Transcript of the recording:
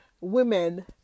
women